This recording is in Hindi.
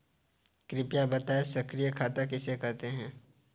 कृपया बताएँ सक्रिय खाता किसे कहते हैं?